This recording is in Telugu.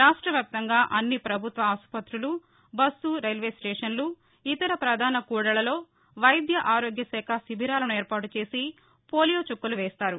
రాష్ట్ర వ్యాప్తంగా అన్ని పభుత్వ ఆసుపత్రులు బస్సు రైల్వే స్టేషన్లు ఇతర ప్రధాన కూడళ్లల్లో వైద్య ఆరోగ్య శాఖ శిబీరాలను ఏర్పాటు చేసి పోలియో చుక్కలు వేస్తారు